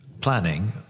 planning